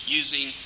using